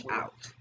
out